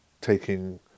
taking